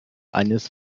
eines